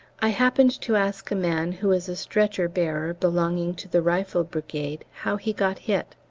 i happened to ask a man, who is a stretcher-bearer belonging to the rifle brigade, how he got hit.